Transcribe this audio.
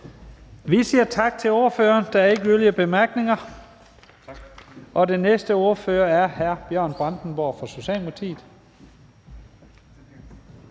Vi siger tak til ordføreren. Der er ikke yderligere korte bemærkninger. Det næste ordfører er hr. Bjørn Brandenborg fra Socialdemokratiet.